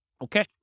Okay